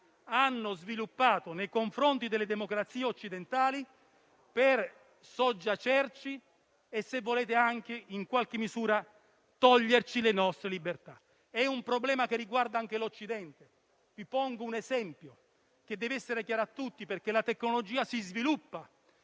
hanno sviluppato nei confronti delle democrazie occidentali per sottometterci e, se volete, anche in qualche misura per toglierci le nostre libertà. È un problema che riguarda anche l'Occidente. Vi pongo un esempio che deve essere chiaro a tutti, perché la tecnologia si sviluppa,